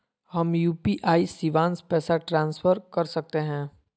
हम यू.पी.आई शिवांश पैसा ट्रांसफर कर सकते हैं?